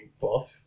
buff